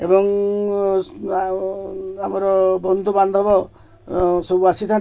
ଏବଂ ଆମର ବନ୍ଧୁବାନ୍ଧବ ସବୁ ଆସିଥାନ୍ତି